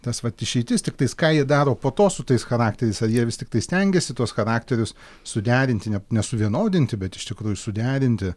tas vat išeitis tiktais ką jie daro po to su tais charakteriais ar jie vis tiktai stengiasi tuos charakterius suderinti ne ne suvienodinti bet iš tikrųjų suderinti